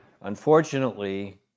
Unfortunately